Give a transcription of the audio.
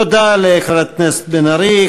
תודה לחברת הכנסת בן ארי.